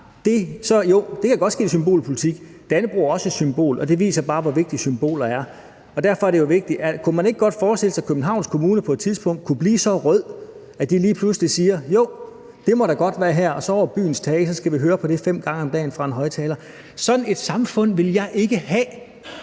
det kan godt ske, at det er symbolpolitik, men dannebrog er også et symbol, og det viser bare, hvor vigtige symboler er. Kunne man ikke godt forestille sig, at Københavns Kommune på et tidspunkt kunne blive så rød, at man lige pludselig siger, at jo, det må der godt være her, og så over byens tage skal vi høre på det fem gange om dagen fra en højtaler. Sådan et samfund vil jeg ikke have.